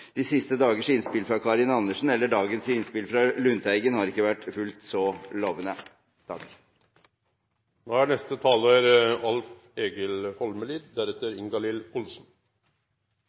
de siste dagers innspill fra Karin Andersen eller dagens innspill fra Per Olaf Lundteigen – har ikke vært fullt så lovende.